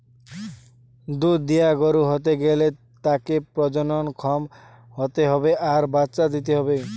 দুধ দিয়া গরু হতে গ্যালে তাকে প্রজনন ক্ষম হতে হবে আর বাচ্চা দিতে হবে